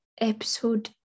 Episode